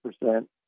percent